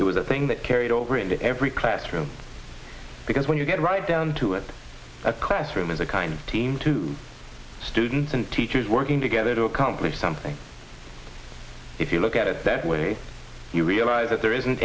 it was the thing that carried over into every classroom because when you get right down to it a classroom is a kind of team to students and teachers working together to accomplish something if you look at it that way you realize that there isn't